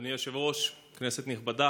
אדוני היושב-ראש, כנסת נכבדה,